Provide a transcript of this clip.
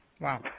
Wow